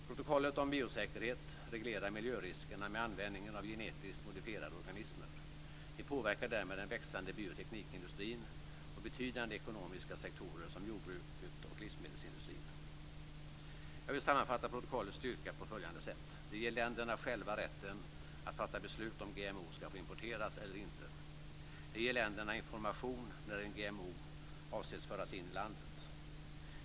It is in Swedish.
Protokollet om biosäkerhet reglerar miljöriskerna med användningen av genetiskt modifierade organismer. Det påverkar därmed den växande bioteknikindustrin och betydande ekonomiska sektorer som jordbruket och livsmedelsindustrin. Jag vill sammanfatta protokollets styrka på följande sätt: · Det ger länderna själva rätten att fatta beslut om GMO ska få importeras eller inte. · Det ger länderna information när en GMO avses föras in i landet.